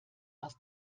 aus